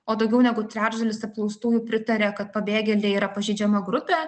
o daugiau negu trečdalis apklaustųjų pritaria kad pabėgėliai yra pažeidžiama grupė